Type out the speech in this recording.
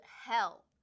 hell